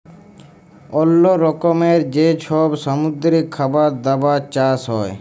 অল্লো রকমের যে সব সামুদ্রিক খাবার দাবার চাষ হ্যয়